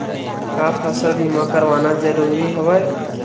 का फसल बीमा करवाना ज़रूरी हवय?